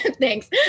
Thanks